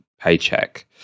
paycheck